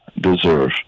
deserve